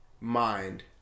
mind